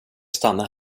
stanna